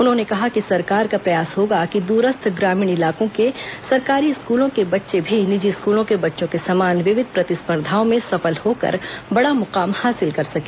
उन्होंने कहा कि सरकार का प्रयास होगा कि दूरस्थ ग्रामीण इलाकों के सरकारी स्कूलों के बच्चे भी निजी स्कूलों के बच्चों के सामान विविध प्रतिस्पर्धाओं में सफल होकर बड़ा मुकाम हासिल कर सके